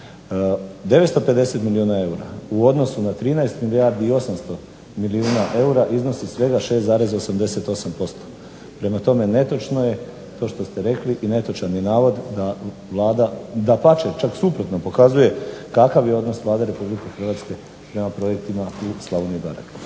950 milijuna eura u odnosu na 13 milijardi i 800 milijuna eura iznosi svega 6,88%. Prema tome netočno je to što ste rekli i netočan je navod da Vlada, dapače čak suprotno pokazuje kakav je odnos Vlade Republike Hrvatske prema projektima u Slavoniji i Baranji.